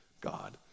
god